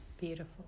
Beautiful